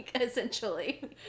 essentially